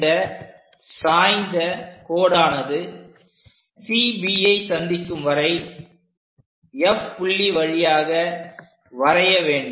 இந்த சாய்ந்த கோடானது CBஐ சந்திக்கும் வரை F புள்ளி வழியாக வரைய வேண்டும்